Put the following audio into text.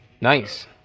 Nice